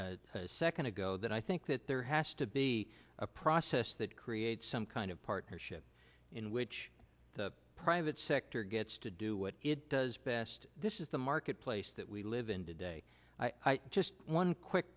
a second ago that i think that there has to be a process that creates some kind of partnership in which the private sector gets to do what it does best this is the marketplace that we live in today i just one quick